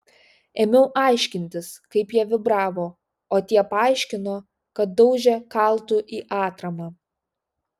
ėmiau aiškintis kaip jie vibravo o tie paaiškino kad daužė kaltu į atramą